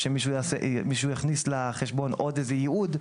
בו מישהו יכניס לחשבון עוד איזה ייעוד.